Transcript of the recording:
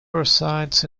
resides